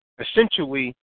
essentially